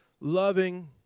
loving